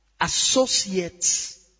associates